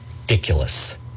ridiculous